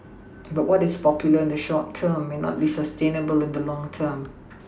but what is popular in the short term may not be sustainable in the long term